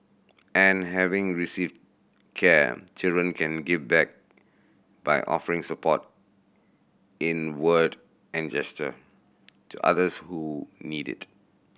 and having received care children can give back by offering support in word and gesture to others who need it